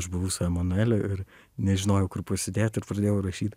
aš buvau su emanueliu ir nežinojau kur pasidėt ir pradėjau rašyt